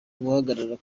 guhagarara